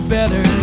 better